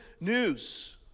news